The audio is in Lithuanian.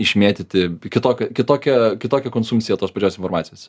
išmėtyti kitokia kitokia kitokia konsumisija tos pačios informacijose